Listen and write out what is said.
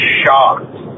shocked